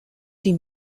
die